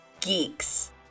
geeks